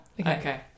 Okay